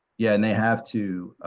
yeah, and they have to